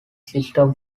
system